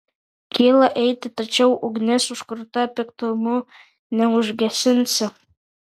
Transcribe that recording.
kyla eiti tačiau ugnis užkurta piktumu neužgesinsi